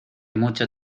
mucho